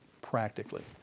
Practically